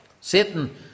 Satan